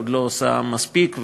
עוד לא עושה מספיק.